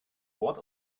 wort